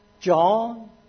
John